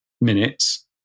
minutes